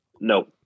No